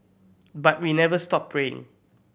but we never stop praying